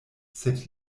sed